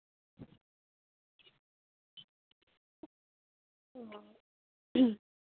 ও